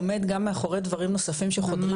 עומד גם מאחורי דברים נוספים שחודרים